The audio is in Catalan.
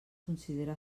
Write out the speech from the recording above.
considera